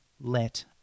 let